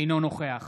אינו נוכח